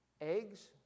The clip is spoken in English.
Eggs